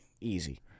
easy